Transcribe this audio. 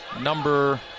number